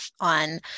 on